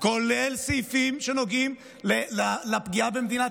כולל סעיפים שנוגעים לפגיעה במדינת